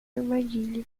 armadilha